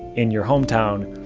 in your hometown.